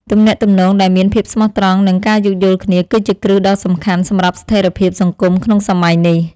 ទំនាក់ទំនងដែលមានភាពស្មោះត្រង់ និងការយោគយល់គ្នាគឺជាគ្រឹះដ៏សំខាន់សម្រាប់ស្ថិរភាពសង្គមក្នុងសម័យនេះ។